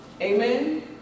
Amen